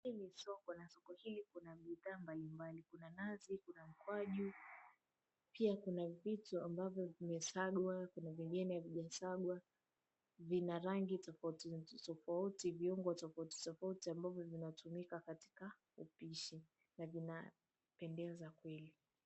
Hii ni soko na soko hili kuna bidha mbalimbali Kuna nazi, kuna ukwaju pia kuna vitu ambavyo vimesiagwa kuna vingine havijasagwa vina rangi tofauti tofauti, viungo tofauti tofauti ambavyo vinatumika katika upishi na vinapendeza kweli kweli.